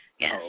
Yes